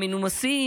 המנומסים,